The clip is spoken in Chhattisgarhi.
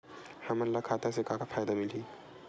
हमन ला खाता से का का फ़ायदा मिलही?